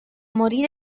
morí